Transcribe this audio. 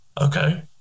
Okay